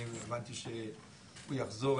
אני הבנתי שהוא יחזור,